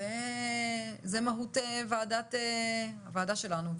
היא מהות הוועדה שלנו.